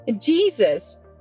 Jesus